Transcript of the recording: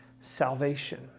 salvation